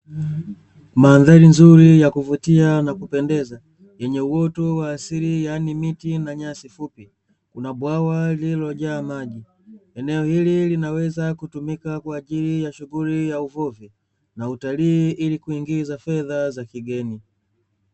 Mandhari nzuri ya kuvutia na kupendeza yenye uoto wa asili yaani miti na nyasi fupi, kuna bwawa lililojaa maji, eneo hili linaweza kutumika kwa ajili ya shughuli ya uvuvi na utalii ili kuingiza fedha za kigeni.